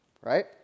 right